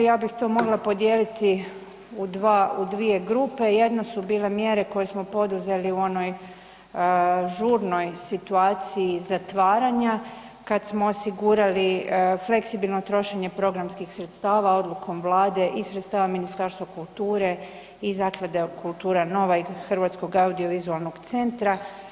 Ja bih to mogla podijeliti u dvije grupe, jedno su bile mjere koje smo poduzeli u onoj žurnoj situaciji zatvaranja kada smo osigurali fleksibilno trošenje programskih sredstava odlukom Vlade i sredstava Ministarstva kulture i Zaklade „Kultura Nova“ i Hrvatskog audiovizualnog centra.